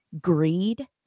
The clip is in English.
greed